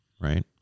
Right